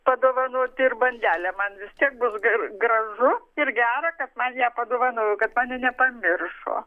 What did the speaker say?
padovanoti ir bandelę man vis tiek bus gr gražu ir gera kad man ją padovanojo kad mane nepamiršo